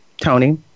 Tony